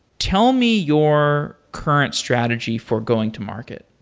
tell me your current strategy for going to market